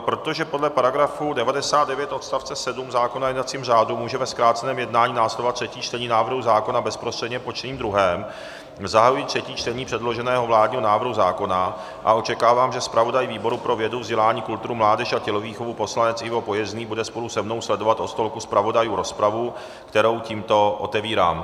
Protože podle § 99 odst. 7 zákona o jednacím řádu může ve zkráceném jednání následovat třetí čtení návrhu zákona bezprostředně po čtení druhém, zahajuji třetí čtení předloženého vládního návrhu zákona a očekávám, že zpravodaj výboru pro vědu, vzdělání, kulturu, mládež a tělovýchovu poslanec Ivo Pojezný bude spolu se mnou sledovat od stolku zpravodajů rozpravu, kterou tímto otevírám.